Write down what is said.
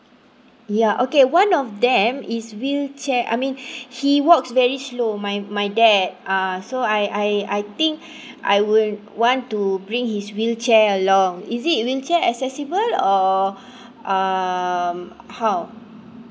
ya okay one of them is wheelchair I mean he walks very slow my my dad uh so I I I think I would want to bring his wheelchair along is it wheelchair accessible or um how